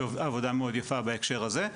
עבודה מאד יפה בהקשר הזה.